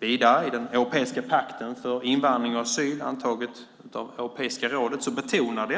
I den europeiska pakten för invandring och asyl, antagen av Europeiska rådet, betonas